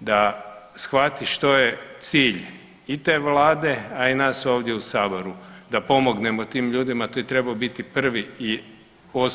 da shvati što je cilj i te Vlade, a i nas ovdje u Saboru, da pomognemo tim ljudima, to je trebao biti prvi i osnovni zadatak.